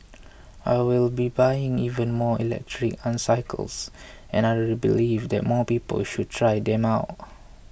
I will be buying even more electric unicycles and I really believe that more people should try them out